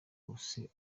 wose